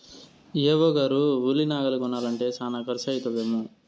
AO గారు ఉలి నాగలి కొనాలంటే శానా కర్సు అయితదేమో